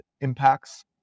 impacts